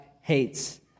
hates